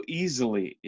easily